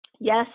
Yes